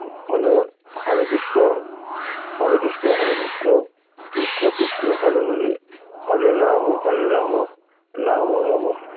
মানে হরে কৃষ্ণ হরে কৃষ্ণ হরে কৃষ্ণ কৃষ্ণ কৃষ্ণ হরে হরে হরে রাম হরে রাম রাম রাম হরে